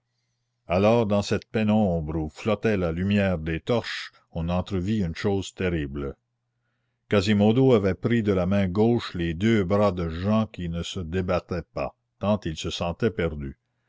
alors dans cette pénombre où flottait la lumière des torches on entrevit une chose terrible quasimodo avait pris de la main gauche les deux bras de jehan qui ne se débattait pas tant il se sentait perdu